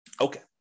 Okay